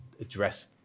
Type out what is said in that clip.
address